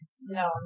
No